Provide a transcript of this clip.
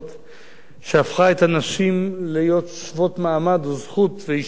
שהפכה את הנשים להיות שוות מעמד וזכות והשתתפות בחברה,